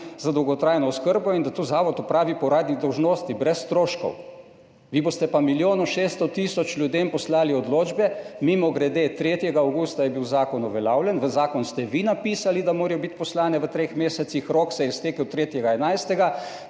za dolgotrajno oskrbo in da to Zavod opravi po uradni dolžnosti brez stroškov. Vi boste pa milijon 600 tisoč ljudem poslali odločbe. Mimogrede, 3. avgusta je bil zakon uveljavljen, v zakon ste vi napisali, da morajo biti poslane v treh mesecih, rok se je iztekel 3. 11,